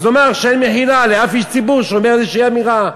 אז הוא אמר שאין מחילה לאף איש ציבור שאומר איזושהי אמירה.